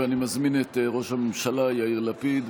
ואני מזמין את ראש הממשלה יאיר לפיד.